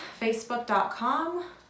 facebook.com